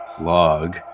log